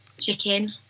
Chicken